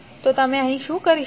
તો અહીં તમે શું કરી શકો